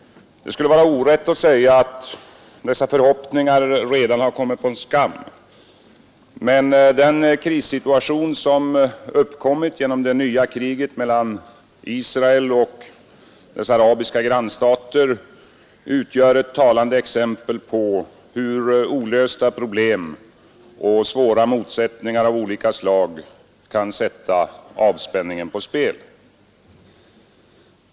Det skulle vara orätt att säga att dessa förhoppningar redan kommit på skam, men den krissituation som uppkommit genom det nya kriget mellan Israel och dess arabiska grannstater utgör ett talande exempel på hur olösta problem och svåra motsättningar av olika slag kan sätta avspänningen på spel.